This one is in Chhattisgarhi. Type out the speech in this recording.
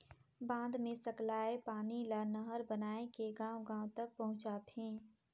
बांध मे सकलाए पानी ल नहर बनाए के गांव गांव तक पहुंचाथें